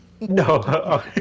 No